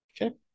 Okay